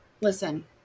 listen